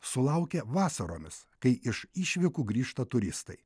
sulaukia vasaromis kai iš išvykų grįžta turistai